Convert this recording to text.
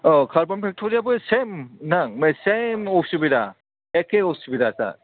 औ कार्बन फेकटरियाबो सेम नोंथां सेम असुबिदा एखे असुबिदाखा